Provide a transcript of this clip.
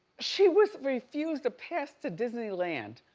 she was refused a pass to disneyland.